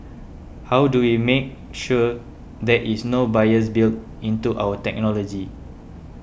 how do we make sure there is no bias built into our technology